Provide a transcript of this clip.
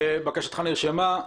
בקשתך נרשמה.